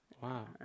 Wow